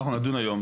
אנחנו נדון היום.